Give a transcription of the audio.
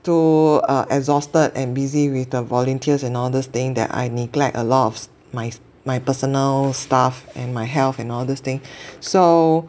too uh exhausted and busy with the volunteers and all this thing that I neglect a lot of my my personal stuff and my health and all this thing so